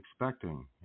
expecting